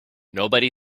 nobody